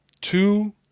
two